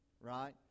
right